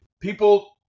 people